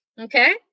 okay